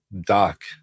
Doc